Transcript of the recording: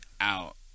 Out